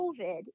COVID